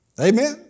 Amen